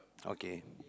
okay